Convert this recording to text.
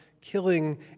killing